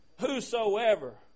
Whosoever